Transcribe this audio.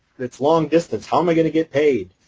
it's long distance, how am i going to get paid?